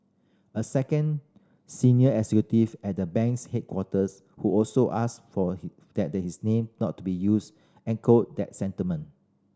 a second senior executive at the bank's headquarters who also asked for that his name not be used echoed that sentiment